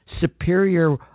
superior